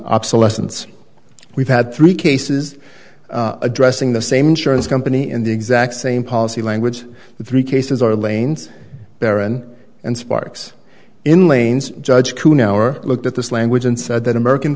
obsolescence we've had three cases addressing the same insurance company in the exact same policy language the three cases are lanes barren and sparks in lanes judge who now are looked at this language and said that american